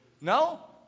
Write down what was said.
No